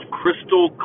crystal